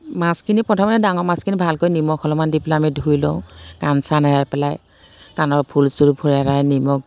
মাছখিনি প্ৰথমে ডাঙৰ মাছখিনি ভালকৈ নিমখ অলপমান দি পেলাই আমি ধুই লওঁ কাণ চাণ এৰাই পেলাই কাণৰ ফুল চুলবোৰ এৰাই নিমখ